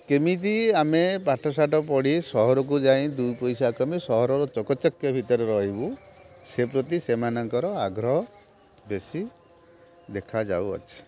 କେମିତି ଆମେ ପାଠଶାଠ ପଢ଼ି ସହରକୁ ଯାଇ ଦୁଇ ପଇସା କମାଇ ସହରର ଚକଚାକ୍ୟ ଭିତରେ ରହିବୁ ସେ ପ୍ରତି ସେମାନଙ୍କର ଆଗ୍ରହ ବେଶୀ ଦେଖାଯାଉଅଛି